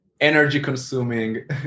energy-consuming